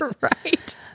Right